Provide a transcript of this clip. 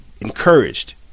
encouraged